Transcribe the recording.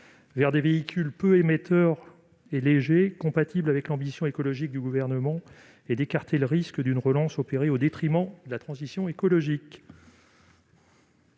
vers des véhicules peu émetteurs et légers, compatibles avec l'ambition écologique du Gouvernement, et pour écarter le risque d'une relance opérée au détriment de la transition écologique.